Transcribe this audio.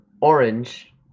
Orange